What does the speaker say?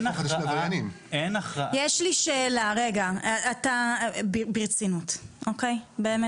אבל --- אין הכרעה --- יש לי שאלה באמת ברצינות: